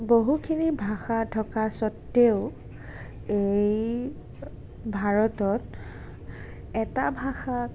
বহুখিনি ভাষা থকাৰ স্বত্বেও এই ভাৰতত এটা ভাষাক